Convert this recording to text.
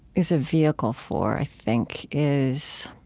is a vehicle for, i think, is